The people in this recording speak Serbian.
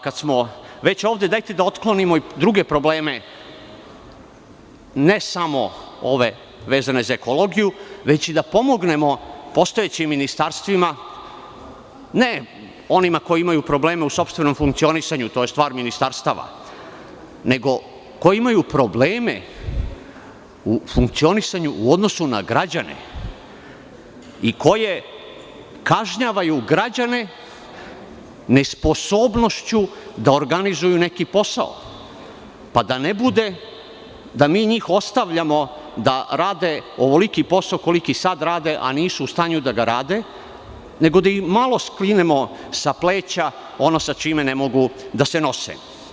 Kada smo već ovde, dajte da otklonimo i druge probleme, ne samo ove vezane za ekologiju već i da pomognemo postojećim ministarstvima, ne onima koji imaju probleme u sopstvenom funkcionisanju, jer to je stvar ministarstava, nego koji imaju probleme u funkcionisanju u odnosu na građane i koje kažnjavaju građane nesposobnošću da organizuju neki posao, pa da ne bude da mi njih ostavljamo da rade ovoliki posao koliki sada rade, a nisu u stanju da ga rade, nego da im malo skinemo sa pleća ono sa čime ne mogu da se nose.